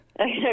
okay